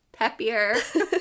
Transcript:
peppier